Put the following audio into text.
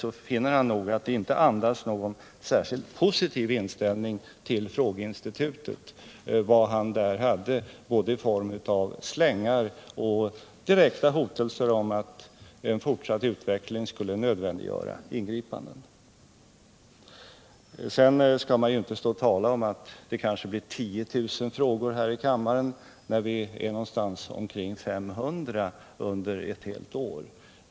Han skall då finna att det inte andas någon särskilt positiv inställning till frågeinstitutet; där fanns både slängar och direkta hotelser om att en fortsatt utveckling skulle nödvändiggöra ingripanden. Det finns ingen anledning att tala om att det kanske kommer att bli 10 000 frågor här i kammaren, när vi f. n. har omkring 500 under ett helt år.